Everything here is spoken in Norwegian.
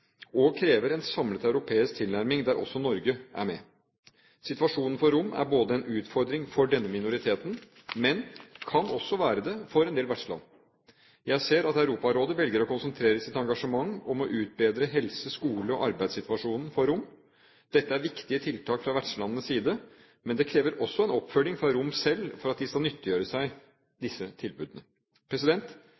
og krever en samlet europeisk tilnærming, der også Norge er med. Situasjonen for romene er både en utfordring for denne minoriteten – og kan være det for en del vertsland. Jeg ser at Europarådet velger å konsentrere sitt engasjement om å utbedre helse-, skole- og arbeidssituasjonen for romene. Dette er viktige tiltak fra vertslandenes side, men det krever også en oppfølging fra romene selv for at de skal nyttiggjøre seg